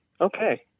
Okay